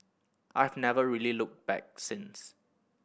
I have never really looked back since